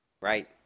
right